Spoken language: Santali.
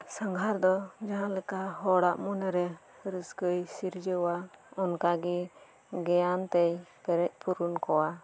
ᱥᱟᱸᱜᱷᱟᱨ ᱫᱚ ᱡᱟᱦᱟᱸᱞᱮᱠᱟ ᱦᱚᱲᱟᱜ ᱢᱚᱱᱮ ᱨᱮ ᱨᱟᱹᱥᱠᱟᱹᱭ ᱥᱤᱨᱡᱟᱹᱣᱟ ᱚᱱᱠᱟ ᱜᱮ ᱜᱮᱭᱟᱱ ᱛᱮᱭ ᱯᱮᱨᱮᱡ ᱯᱩᱨᱚᱱ ᱠᱚᱣᱟ